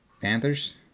Panthers